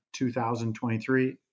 2023